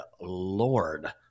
lord